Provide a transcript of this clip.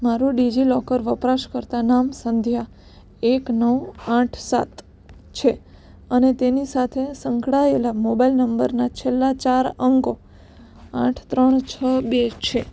મારું ડિજિલોકર વપરાશકર્તા નામ સંધ્યા એક નવ આઠ સાત છે અને તેની સાથે સંકળાયેલા મોબાઇલ નંબરના છેલ્લા ચાર અંકો આઠ ત્રણ છ બે છે